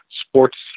Sports